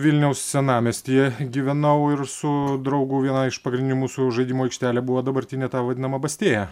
vilniaus senamiestyje gyvenau ir su draugu viena iš pagrindinių mūsų žaidimų aikštelė buvo dabartinė ta vadinama bastėja